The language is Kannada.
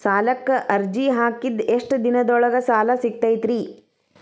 ಸಾಲಕ್ಕ ಅರ್ಜಿ ಹಾಕಿದ್ ಎಷ್ಟ ದಿನದೊಳಗ ಸಾಲ ಸಿಗತೈತ್ರಿ?